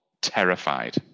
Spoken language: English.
Terrified